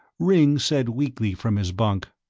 ringg said weakly from his bunk,